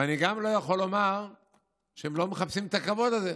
ואני גם לא יכול לומר שהם לא מחפשים את הכבוד הזה.